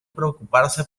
preocuparse